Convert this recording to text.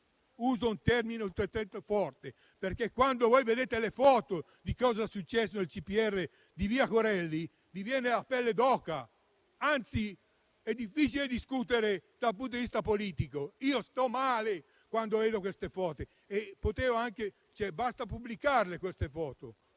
Uso un termine forte, perché quando vedete le foto di cos'è successo nel CPR di via Corelli vi viene la pelle d'oca. Anzi, è difficile discutere dal punto di vista politico: io sto male, quando vedo quelle foto. Basta pubblicarle, queste foto,